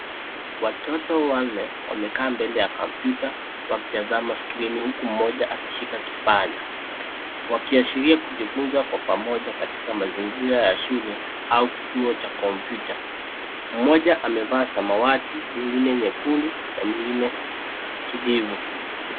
Watoto wanne wamekaa mbele ya kompyuta wakitazama skirini, huku mmoja akishika kipanya. Wakiashiria kujifunza kwa pamoja katika mazingira ya shule au kituo cha kompyuta. Mmoja amevaa samawati, mwingine nyekundu, na mwingine kijivu.